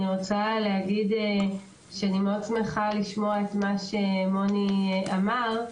אני רוצה להגיד שאני מאוד שמחה לשמוע את מה שמוני אמר,